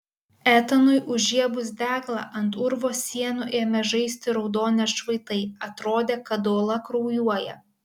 etanui užžiebus deglą ant urvo sienų ėmė žaisti raudoni atšvaitai atrodė kad uola kraujuoja